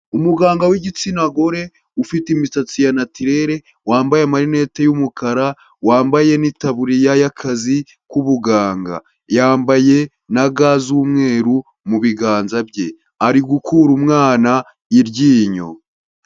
Umuganga w'igitsina gore, ufite imisatsi ya natirere, wambaye amarinete y'umukara, wambaye n'itaburiya y'akazi k'ubuganga, yambaye na ga z'umweru mu biganza bye, ari gukura umwana iryinyo.